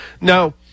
now